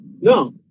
No